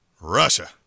Russia